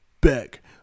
back